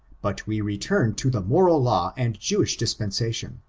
but we return to the moral law and jewish dispensation,